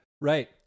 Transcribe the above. Right